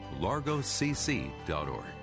LargoCC.org